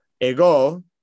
ego